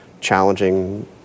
challenging